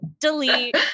delete